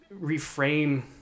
reframe